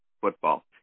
Football